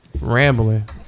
rambling